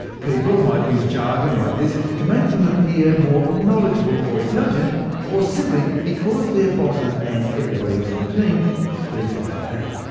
people might use jargon like this to make them appear more knowledgeable or intelligent or simply because their bosses and everybody else in the team speaks like that.